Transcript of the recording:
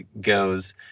goes